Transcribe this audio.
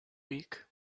week